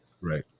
Right